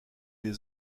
des